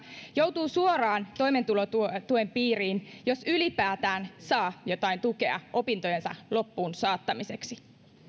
joutuu suoraan toimeentulotuen piiriin jos ylipäätään saa jotain tukea opintojensa loppuun saattamiseksi